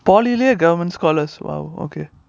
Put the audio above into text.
polytechnic already have government scholars !wow! okay